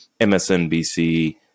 MSNBC